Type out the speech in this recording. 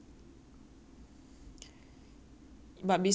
but business highest concentration like no matter which school you are